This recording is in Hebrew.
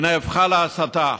שנהפך להסתה.